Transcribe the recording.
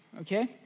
okay